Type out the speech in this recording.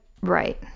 Right